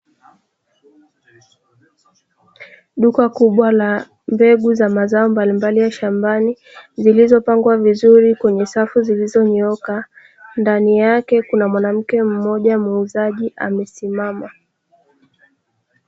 Duka kubwa la mbegu za mazao mbalimbali ya shambani zilizopangwa vizuri, kwenye safu zilizonyooka ndani yake kuna mwanamke mmoja muuzaji amesimama.